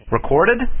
Recorded